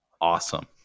awesome